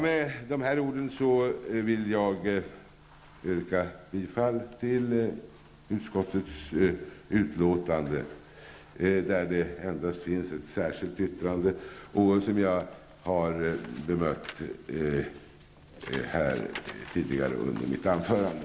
Med de här orden vill jag yrka bifall till hemställan i utskottets betänkande, där det endast finns en meningsyttring, som jag har bemött tidigare under mitt anförande.